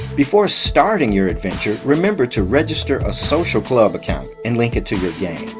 before starting your adventure, remember to register a social club account and link it to your game.